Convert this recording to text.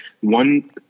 one